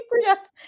Yes